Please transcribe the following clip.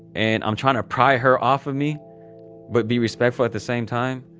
and, i'm trying to pry her off of me but be respectful at the same time.